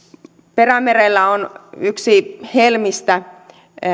perämerellä on yksi helmistä